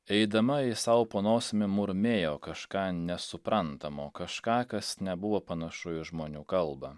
eidama ji sau po nosimi murmėjo kažką nesuprantamo kažką kas nebuvo panašu į žmonių kalbą